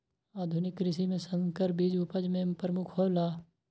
आधुनिक कृषि में संकर बीज उपज में प्रमुख हौला